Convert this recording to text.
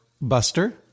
Buster